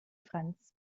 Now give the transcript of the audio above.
franz